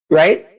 right